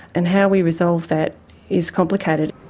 and how we resolve that is complicated.